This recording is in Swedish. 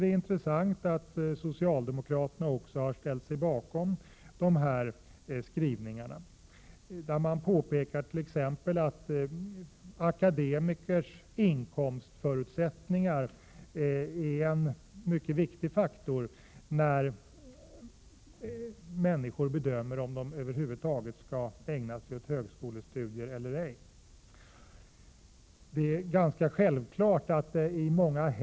Det är intressant att socialdemokraterna också har ställt sig bakom dessa skrivningar, där man t.ex. påpekar att akademikers inkomstutsikter är en mycket viktig faktor när människor överväger om de över huvud taget skall ägna sig åt högskolestudier. Det är lättförståeligt att Prot.